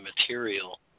material